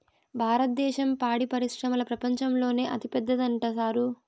భారద్దేశం పాడి పరిశ్రమల ప్రపంచంలోనే అతిపెద్దదంట సారూ